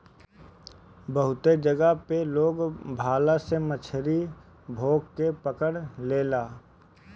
बहुते जगह पे लोग भाला से मछरी गोभ के पकड़ लेला